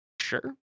Sure